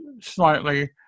slightly